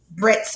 Brits